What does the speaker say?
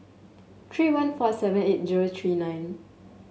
three one four seven eight zero three nine